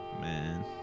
man